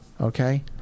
Okay